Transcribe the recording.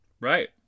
right